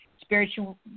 spiritual